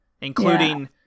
including